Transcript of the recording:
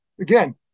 again